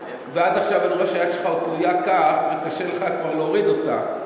ועד עכשיו אני רואה שהיד שלך עוד תלויה כך וקשה לך כבר להוריד אותה.